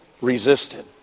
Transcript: resisted